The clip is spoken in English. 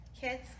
kids